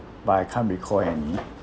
but I can't recall any